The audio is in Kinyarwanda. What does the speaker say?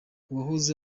uwahoze